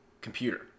computer